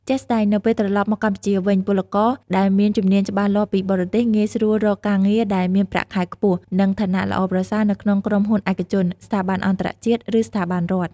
ជាក់ស្ដែង នៅពេលត្រឡប់មកកម្ពុជាវិញ ពលករដែលមានជំនាញច្បាស់លាស់ពីបរទេស ងាយស្រួលរកការងារដែលមានប្រាក់ខែខ្ពស់ និងឋានៈល្អប្រសើរនៅក្នុងក្រុមហ៊ុនឯកជន ស្ថាប័នអន្តរជាតិ ឬស្ថាប័នរដ្ឋ។